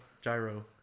Gyro